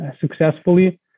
successfully